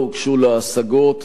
לא הוגשו לה השגות,